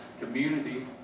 community